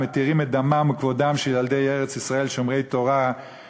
מתירים את דמם וכבודם של ילדי ארץ-ישראל שומרי תורה,